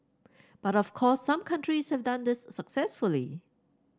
but of course some countries have done this successfully